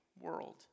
world